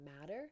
matter